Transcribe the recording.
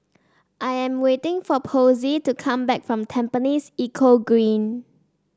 I am waiting for Posey to come back from Tampines Eco Green